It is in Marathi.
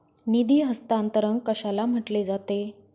निधी हस्तांतरण कशाला म्हटले जाते?